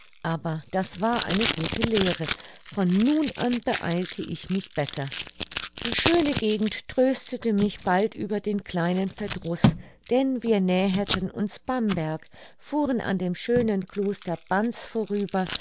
aber das war eine gute lehre von nun an beeilte ich mich besser die schöne gegend tröstete mich bald über den kleinen verdruß denn wir näherten uns bamberg fuhren an dem schönen kloster banz vorüber